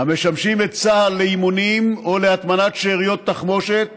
המשמשים את צה"ל לאימונים או להטמנת שאריות תחמושת,